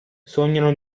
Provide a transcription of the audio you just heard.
sognano